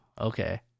okay